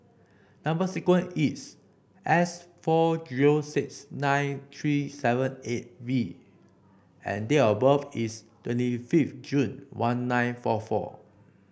number sequence is S four zero six nine three seven eight V and date of birth is twenty fifth June one nine four four